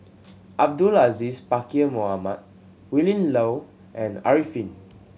Abdul Aziz Pakkeer Mohamed Willin Low and Arifin